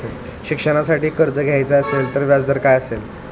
शिक्षणासाठी कर्ज घ्यायचे असेल तर व्याजदर काय असेल?